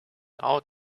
out